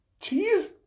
Cheese